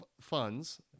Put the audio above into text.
funds